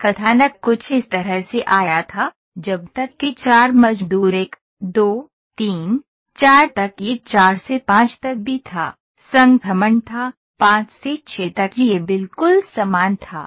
यह कथानक कुछ इस तरह से आया था जब तक कि 4 मजदूर 1 2 3 4 तक यह 4 से 5 तक भी था संक्रमण था 5 से 6 तक यह बिल्कुल समान था